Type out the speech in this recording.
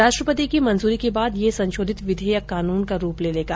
राष्ट्रपति की मंजूरी के बाद ये संशोधित विधेयक कानून का रूप ले लेगा